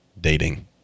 dating